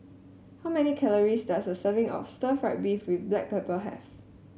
how many calories does a serving of stir fry beef with Black Pepper have